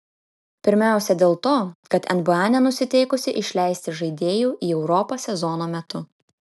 pirmiausia dėl to kad nba nenusiteikusi išleisti žaidėjų į europą sezono metu